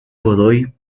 godoy